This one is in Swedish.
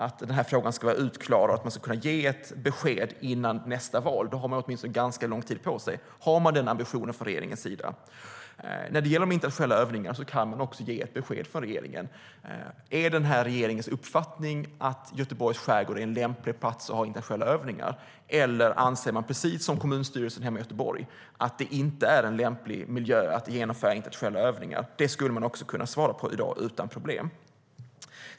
Ska den ha klarats ut så att man kan ge ett besked före nästa val? Då har man ganska lång tid på sig. Har regeringen den ambitionen? När det gäller de internationella övningarna kan regeringen ge ett besked. Är det regeringens uppfattning att Göteborgs skärgård är en lämplig plats att ha internationella övningar på? Eller anser regeringen, precis som kommunstyrelsen i Göteborg, att det inte är en lämplig miljö för att genomföra internationella övningar? Det skulle man kunna svara på i dag utan problem.